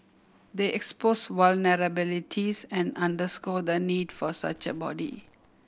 they expose vulnerabilities and underscore the need for such a body